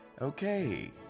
Okay